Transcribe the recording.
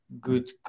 good